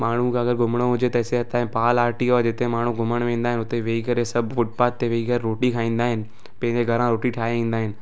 माण्हू खे अगरि घुमिणो हुजे त हिते पाल आरटीओ आहे घुमण वेंदा आहिनि हुते वेही करे सब फुटपाथ ते वेही करे रोटी खाईंदा आहिनि पैंंहिं घरा रोटी ठाहे ईंदा आहिनि